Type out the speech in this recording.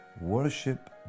worship